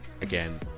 again